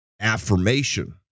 affirmation